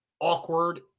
awkward